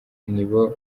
nibo